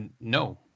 No